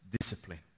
discipline